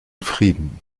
frieden